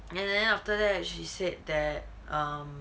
and then after that she said that um